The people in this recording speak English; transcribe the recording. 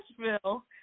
Nashville